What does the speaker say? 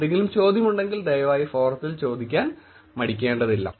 എന്തെങ്കിലും ചോദ്യമുണ്ടെങ്കിൽ ദയവായി ഫോറത്തിൽ ചോദിക്കാൻ മടിക്കേണ്ടതില്ല